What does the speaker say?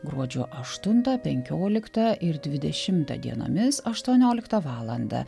gruodžio aštuntą penkioliktą ir dvidešimtą dienomis aštuonioliktą valandą